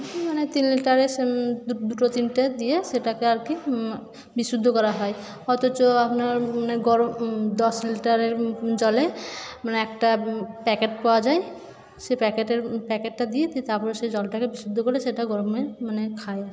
মানে তিন লিটারে দুটো তিনটে দিয়ে সেটাকে আর কি বিশুদ্ধ করা হয় অথচ আপনার মানে গরম দশ লিটারের জলে মানে একটা প্যাকেট পাওয়া যায় সেই প্যাকেটের প্যাকেটটা দিই দিয়ে তারপরে সেই জলটাকে বিশুদ্ধ করে সেটা গরমে মানে খাই আর কি